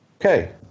okay